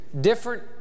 Different